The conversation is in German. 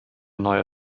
neue